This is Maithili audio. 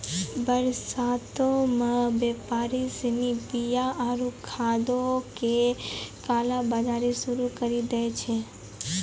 बरसातो मे व्यापारि सिनी बीया आरु खादो के काला बजारी शुरू करि दै छै